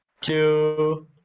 two